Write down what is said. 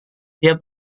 dia